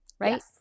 Right